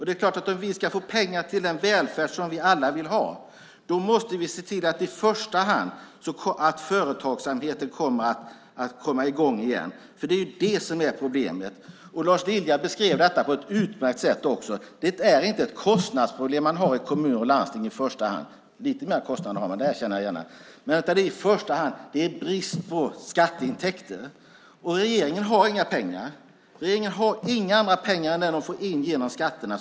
Det är klart att om vi ska få pengar till den välfärd som vi alla vill ha måste vi i första hand se till att företagsamheten kommer i gång igen. Det är det som är problemet. Även Lars Lilja beskrev detta på ett utmärkt sätt. Det är inte ett kostnadsproblem man har i kommuner och landsting i första hand - lite mer kostnader har man, det erkänner jag gärna - utan brist på skatteintäkter. Regeringen har inga pengar. Regeringen har inga andra pengar än de den får in genom skatterna.